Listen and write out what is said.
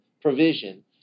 provision